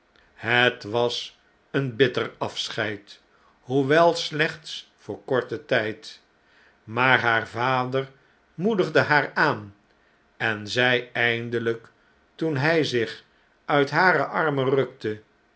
het was een bitter afscheid hoewel slechts voor korten tjjd maar haar vader moedigde haar aan en zei eindeiyk toen hij zich uit hare armen rukte